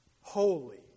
holy